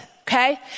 Okay